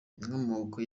inkomoko